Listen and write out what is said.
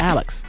Alex